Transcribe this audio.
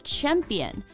Champion